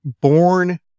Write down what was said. born